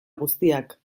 guztiak